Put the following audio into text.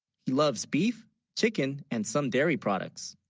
he loves beef chicken and some dairy products